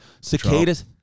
Cicadas